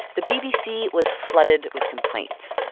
the bbc was flooded with complaints.